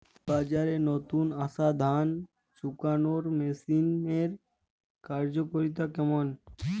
বাজারে নতুন আসা ধান শুকনোর মেশিনের কার্যকারিতা কেমন?